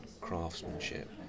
craftsmanship